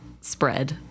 spread